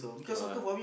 what ah